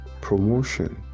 promotion